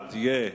בעד יהיה